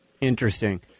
Interesting